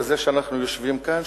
על זה שאנחנו יושבים כאן,